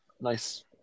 Nice